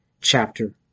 chapter